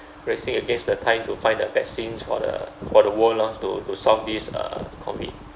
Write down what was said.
racing against the time to find the vaccines for the for the world lor to to solve these uh COVID